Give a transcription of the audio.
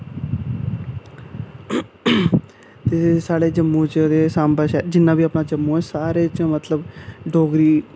ते साढ़े जम्मू च ते सांबा च जिन्ना बी अपना जम्मू ऐ सारे च मतलब जोगरी